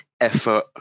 effort